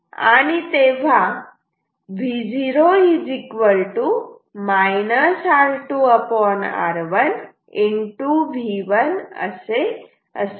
आणि तेव्हा V0 R2 R1 V1 असे असेल